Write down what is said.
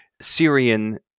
Syrian